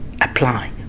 apply